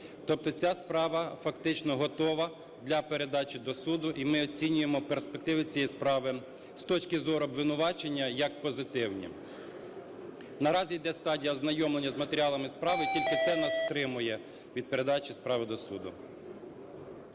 Тобто ця справа фактично готова для передачі до суду, і ми оцінюємо перспективи цієї справи з точки зору обвинувачення як позитивні. Наразі йде стадія ознайомлення з матеріалами справи, тільки це нас стримує від передачі справи до суду.